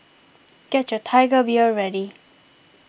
get your Tiger Beer ready